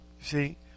See